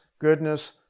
goodness